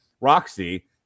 Roxy